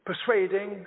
persuading